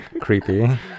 Creepy